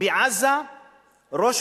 ועזה ראש